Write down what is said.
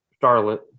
Charlotte